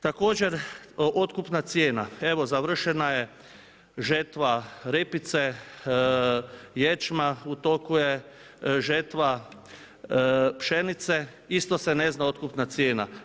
Također otkupna cijena, evo završena je žetva repice, ječma, u toku je žetva pšenice, isto se ne zna otkupna cijena.